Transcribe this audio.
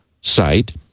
site